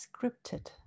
scripted